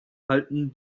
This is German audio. halten